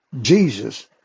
Jesus